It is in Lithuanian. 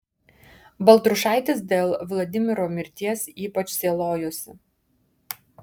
baltrušaitis dėl vladimiro mirties ypač sielojosi